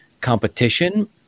competition